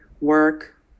work